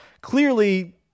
clearly